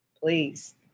please